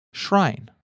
shrine